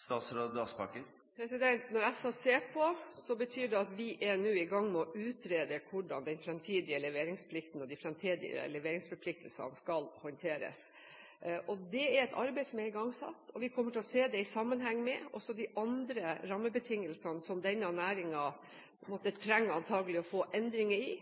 Når jeg sier at jeg skal se på det, så betyr det at vi nå er i gang med å utrede hvordan den fremtidige leveringsplikten og de fremtidige leveringsforpliktelsene skal håndteres. Det er et arbeid som er igangsatt. Vi kommer til å se det i sammenheng med også de andre rammebetingelsene som denne næringen antakelig måtte trenge å få endringer i.